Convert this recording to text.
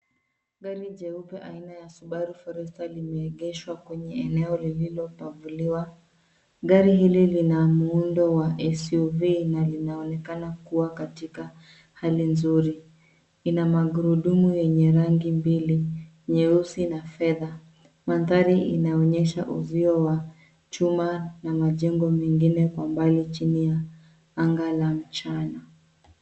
Gari jeupe aina ya Subaru Forester limeegeshwa kwenye eneo lililopavuliwa. Gari hili lina muundo wa SUV na linaonekana kuwa katika hali nzuri. Ina magurudumu yenye rangi mbili: nyeusi na fedha. Mandhari inaonyesha uzio wa chuma na majengo mengine kwa mbali chini ya anga la mchana.